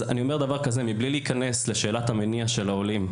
מבלי להיכנס לשאלת המניע של העולים,